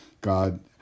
God